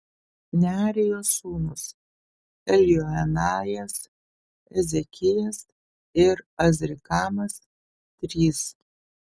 nearijos sūnūs eljoenajas ezekijas ir azrikamas trys